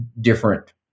different